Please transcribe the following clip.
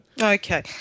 Okay